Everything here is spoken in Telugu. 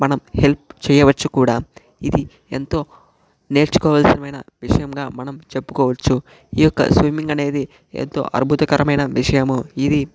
మనం హెల్ప్ చేయవచ్చు కూడా ఇది ఎంతో నేర్చుకోవాల్సిన విషయంగా మనం చెప్పుకోవచ్చు ఈ యొక్క స్విమ్మింగ్ అనేది ఎంతో అనుభూతికరమైన విషయము ఇది